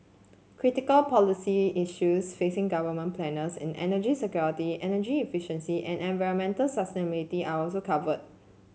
critical policy issues facing government planners in energy security energy efficiency and environmental sustainability are also covered